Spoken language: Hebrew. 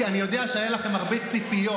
כי אני יודע שהיו לכם הרבה ציפיות,